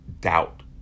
doubt